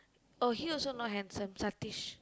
oh he also not handsome Satish